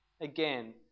again